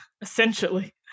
essentially